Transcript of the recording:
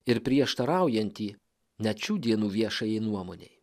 ir prieštaraujantį net šių dienų viešajai nuomonei